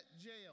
Jail